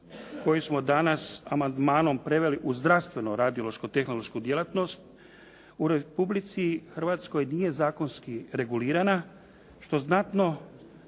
koju smo danas amandmanom preveli u zdravstveno radiološko-tehnološku djelatnost u Republici Hrvatskoj nije zakonski regulirana, što znatno